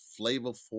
flavorful